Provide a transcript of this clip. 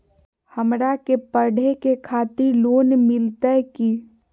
हमरा के पढ़े के खातिर लोन मिलते की?